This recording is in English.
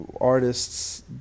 artists